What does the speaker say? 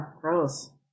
gross